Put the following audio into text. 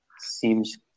seems